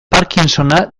parkinsona